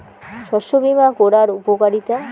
শস্য বিমা করার উপকারীতা?